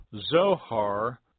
Zohar